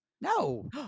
No